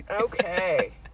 Okay